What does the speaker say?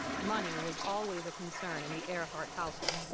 money was always a concern in the earhart household,